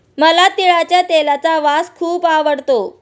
मला तिळाच्या तेलाचा वास खूप आवडतो